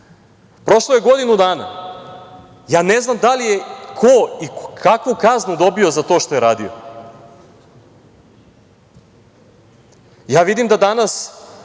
je godinu dana. Ne znam da li je ko i kakvu kaznu dobio za to što je radio? Vidim da danas